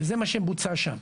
וזה מה שבוצע שם.